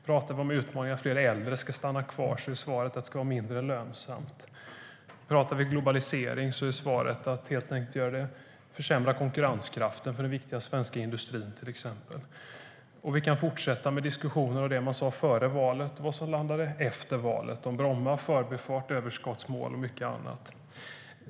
Pratar vi om utmaningen att fler äldre ska stanna kvar är svaret att det ska vara mindre lönsamt. Pratar vi om globalisering är svaret att helt enkelt försämra konkurrenskraften för den viktiga svenska industrin, till exempel. Vi kan fortsätta med diskussioner om vad man sa före valet och vad man landade i efter valet, om Bromma, Förbifarten, överskottsmål och mycket annat.